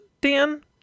Dan